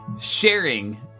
Sharing